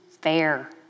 fair